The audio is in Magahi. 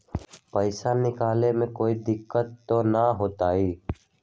पैसा निकाले में कोई दिक्कत त न होतई?